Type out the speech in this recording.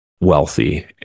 wealthy